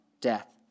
death